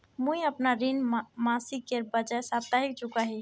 मुईअपना ऋण मासिकेर बजाय साप्ताहिक चुका ही